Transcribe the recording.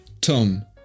Tom